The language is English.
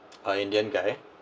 uh indian guy